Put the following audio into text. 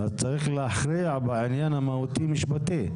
צריך להכריע בעניין המהותי משפטי.